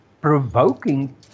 provoking